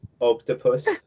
octopus